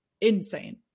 insane